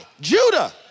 Judah